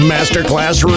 Masterclass